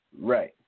Right